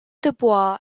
dubois